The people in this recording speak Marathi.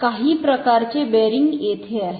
काही प्रकारचे बेअरिंग इथे आहे